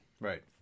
Right